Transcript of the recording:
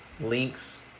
Links